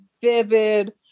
vivid